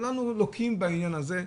כולנו לוקים בעניין הזה,